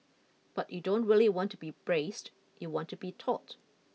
but you don't really want to be braced you want to be taut